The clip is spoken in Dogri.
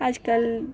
अजकल